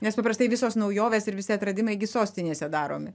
nes paprastai visos naujovės ir visi atradimai gi sostinėse daromi